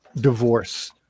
divorce